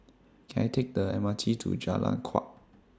Can I Take The M R T to Jalan Kuak